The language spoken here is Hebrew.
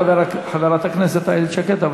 חברת הכנסת איילת שקד,